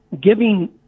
giving